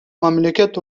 мамлекет